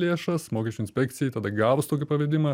lėšas mokesčių inspekcijai tada gavus tokį pavedimą